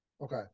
Okay